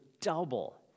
double